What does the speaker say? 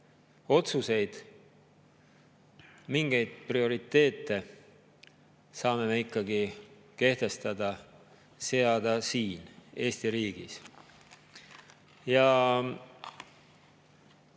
otsuseid, mingeid prioriteete saame me ikkagi kehtestada ja seada siin Eesti riigis. Kõik